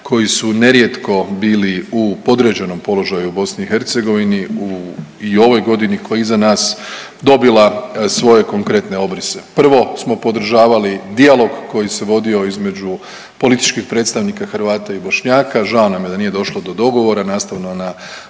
koji su nerijetko bili u podređenom položaju u BiH u, i u ovoj godini koja je iza nas dobila svoje konkretne obrise. Prvo smo podržavali dijalog koji se vodio između političkih predstavnika Hrvata i Bošnjaka. Žao nam je da nije došlo do dogovora nastavno na